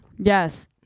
Yes